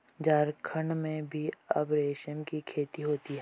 झारखण्ड में भी अब रेशम की खेती होती है